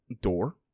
door